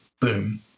boom